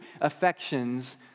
affections